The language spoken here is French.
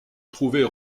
trouver